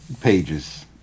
pages